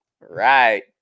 Right